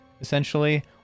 essentially